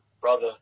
brother